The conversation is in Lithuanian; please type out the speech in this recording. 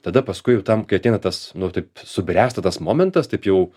tada paskui jau tam kai ateina tas nu taip subręsta tas momentas taip jau